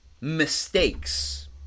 Mistakes